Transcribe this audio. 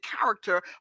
character